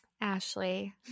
Ashley